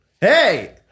Hey